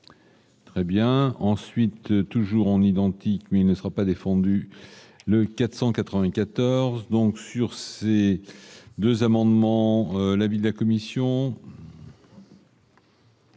Très bien, ensuite, toujours en identique mais il ne sera pas défendu le 494 donc sur. 2 amendements, l'avis de la commission.